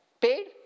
paid